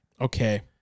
Okay